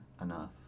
enough